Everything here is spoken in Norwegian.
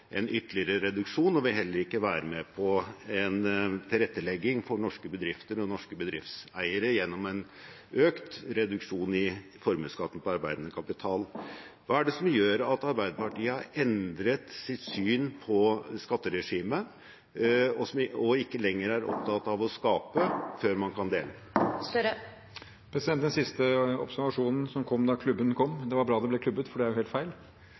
en ytterligere reduksjon, og vil heller ikke være med på en tilrettelegging for norske bedrifter og norske bedriftseiere gjennom en økt reduksjon i formuesskatten på arbeidende kapital. Hva er det som gjør at Arbeiderpartiet har endret sitt syn på skatteregimet, og ikke lenger er opptatt av å skape før man kan dele? Den siste observasjonen kom da det ble klubbet. Det er bra det ble klubbet, for det er helt feil.